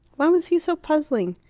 why was he so puzzling?